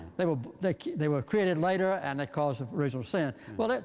they were like they were created later and the cause of original sin. well,